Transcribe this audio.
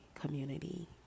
community